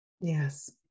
Yes